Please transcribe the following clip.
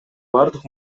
бардык